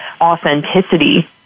authenticity